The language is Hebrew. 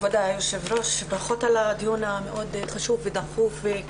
כמו הרבה דברים אחרים הנושא של העלויות זה כח האדם ולא